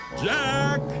Jack